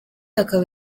akaba